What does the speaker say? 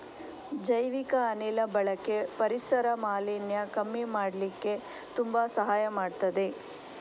ಜೈವಿಕ ಅನಿಲ ಬಳಕೆ ಪರಿಸರ ಮಾಲಿನ್ಯ ಕಮ್ಮಿ ಮಾಡ್ಲಿಕ್ಕೆ ತುಂಬಾ ಸಹಾಯ ಮಾಡ್ತದೆ